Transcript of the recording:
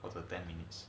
or ten minutes